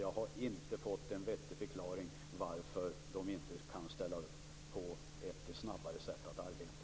Jag har inte fått en vettig förklaring på varför de inte kan ställa upp på ett snabbare sätt att arbeta.